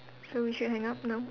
so we should hang up now